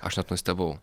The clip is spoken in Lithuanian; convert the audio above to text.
aš net nustebau